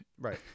Right